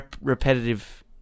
repetitive